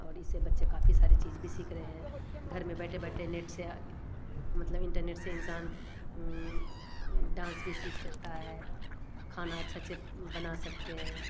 और इससे बच्चे काफ़ी सारे चीज़ भी सीख रहे हैं घर में बैठे बैठे नेट से मतलब इंटरनेट से इंसान डांस भी सीख सकता है खाना अच्छा अच्छे बना सकते हैं